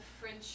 French